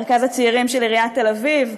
מרכז הצעירים של עיריית תל אביב,